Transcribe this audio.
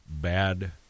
bad